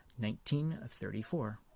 1934